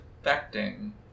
affecting